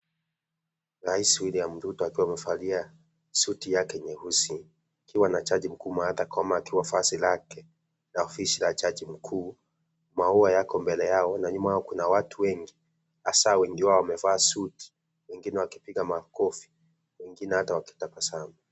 Rais William Ruto akiwa amevalia suti yake nyeusi, wakiwa na jaji mkuu Martha Koome akiwa vazi lake la ofisi la jaji mkuu. Maua yako mbele yao, na nyuma kuna watu wengi hasa wengi wao wamevaa suti. Wengine wakipiga makofi, wengine ata wakitabasamu.